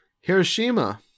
Hiroshima